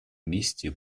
месте